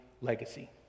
legacy